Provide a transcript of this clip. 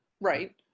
right